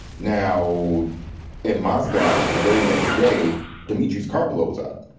now in moscow the very next day dmitri's car blows up.